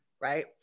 right